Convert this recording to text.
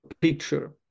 picture